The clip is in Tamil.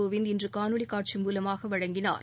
கோவிந்த் இன்று காணொலி காட்சி மூலமாக வழங்கினாா்